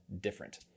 Different